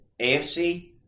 AFC –